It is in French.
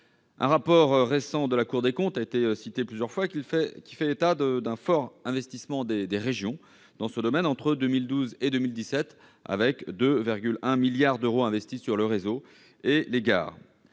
Un rapport récent de la Cour des comptes fait d'ailleurs état d'un fort investissement des régions dans ce domaine entre 2012 et 2017, avec 2,1 milliards d'euros investis sur le réseau et les gares.